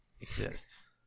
exists